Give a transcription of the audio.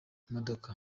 imodoka